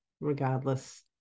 regardless